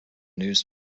news